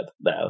now